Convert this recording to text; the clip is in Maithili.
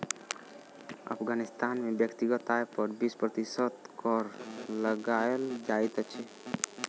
अफ़ग़ानिस्तान में व्यक्तिगत आय पर बीस प्रतिशत कर लगायल जाइत अछि